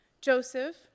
Joseph